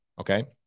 Okay